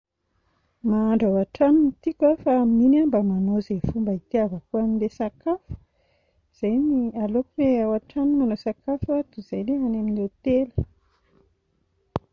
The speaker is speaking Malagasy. Mahandro ao an-trano no tiako fa amin'iny aho mba manao izay fomba hitiavako an'ilay sakafo, izay no, aleoko ilay ao an-trano no manao sakafo a toy izay ilay any amin'ny hotely